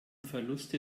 verluste